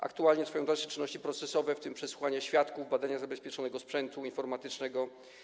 Aktualnie trwają dalsze czynności procesowe, w tym przesłuchania świadków, badania zabezpieczonego sprzętu informatycznego.